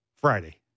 Friday